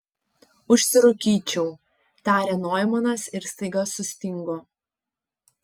užsirūkyčiau tarė noimanas ir staiga sustingo